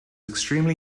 extremely